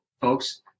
folks